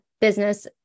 business